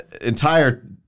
entire